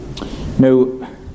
Now